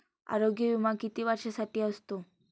आरोग्य विमा किती वर्षांसाठी असतो?